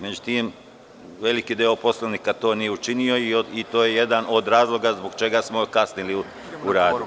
Međutim, veliki deo poslanika to nije učinio i to je jedan od razloga zbog čega smo kasnili u radu.